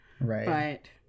right